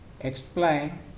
explain